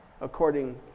according